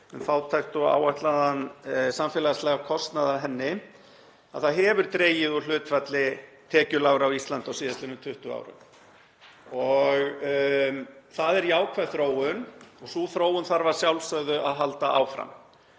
um fátækt og áætlaðan samfélagslegan kostnað af henni, að það hefur dregið úr hlutfalli tekjulágra á Íslandi á síðastliðnum 20 árum. Það er jákvæð þróun og sú þróun þarf að sjálfsögðu að halda áfram.